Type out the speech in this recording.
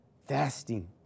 fasting